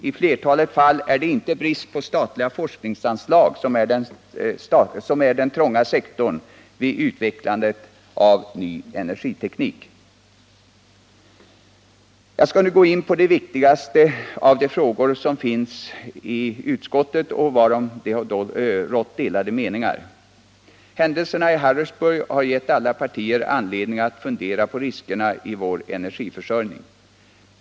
I flertalet fall är det inte brist på statliga forskningsanslag som är den trånga sektorn vid utvecklandet av ny energiteknik. Jag skall nu gå in på de viktigaste av de frågor som behandlas i utskottets betänkande och varom det rått delade meningar. Händelserna i Harrisburg har givit alla partier anledning att fundera över riskerna i vår energiförsörjning.